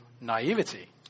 naivety